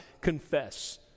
Confess